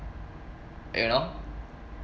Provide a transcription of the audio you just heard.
you know